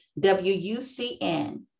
WUCN